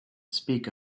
speak